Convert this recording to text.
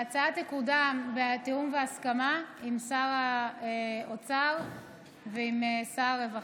ההצעה תקודם בתיאום והסכמה עם שר האוצר ועם שר הרווחה.